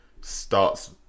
starts